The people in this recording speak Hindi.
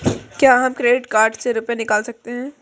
क्या हम क्रेडिट कार्ड से रुपये निकाल सकते हैं?